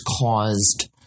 caused